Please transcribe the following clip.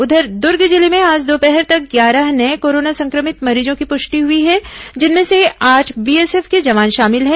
उधर दुर्ग जिले में आज दोपहर तक ग्यारह नये कोरोना संक्रमित मरीजों की पुष्टि हुई है जिनमें से आठ बीएसएफ के जवान शामिल हैं